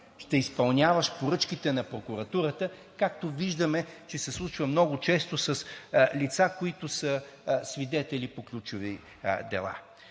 ще изпълняваш поръчките на прокуратурата, както виждаме, че се случва много често с лица, които са свидетели по ключови дела.